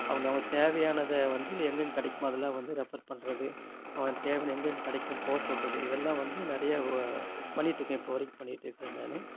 அவங்கவுங்க தேவையானதை வந்து எங்கெங்க கிடைக்குமோ அதெல்லாம் வந்து ரெஃபர் பண்ணுறது அவங்க தேவையான எங்கெங்க கிடக்குன் போக சொல்லுறது இதெல்லாம் வந்து நிறைய வா பண்ணிட்டுருக்கேன் இப்போ வரைக்கும் பண்ணியிட்டுருக்கறேன் நான்